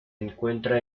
encuentra